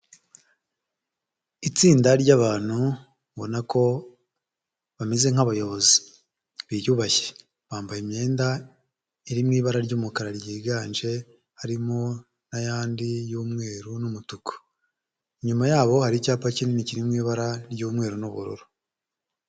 Itsinda ry'abantu mbona ko bameze nk'abayobozi biyubashye, bambaye imyenda iri mu ibara ry'umukara ryiganje harimo n'ayandi y'umweru n'umutuku, inyuma yabo hari icyapa kinini kiri mu ibara ry'umweru n'ubururu.